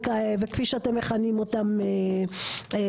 וכפי שאתם מכנים אותם מעבר.